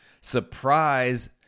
surprise